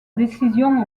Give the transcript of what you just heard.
décision